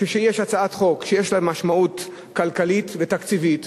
כשיש הצעת חוק שיש לה משמעות כלכלית ותקציבית,